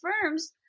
firms